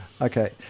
Okay